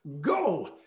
go